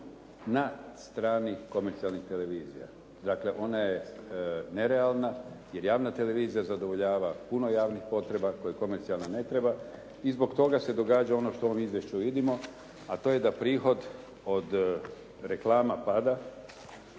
na strani komercijalnih televizija. Dakle, ona je nerealna jer javna televizija zadovoljava puno javnih potreba koje komercijalna ne treba i zbog toga se događa ono što u ovom izvješću vidimo a to je da prihod od reklama pada